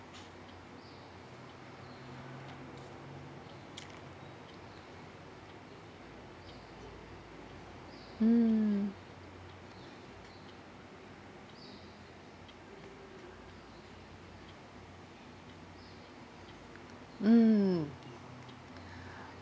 mm mm